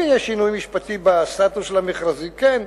אם יהיה שינוי משפטי בסטטוס של המכרזים, כן.